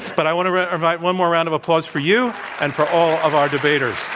but i want to provide one more round of applause for you and for all of our debaters.